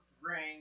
ring